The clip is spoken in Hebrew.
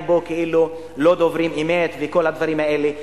פה כאילו הוא לא דובר אמת וכל הדברים האלה.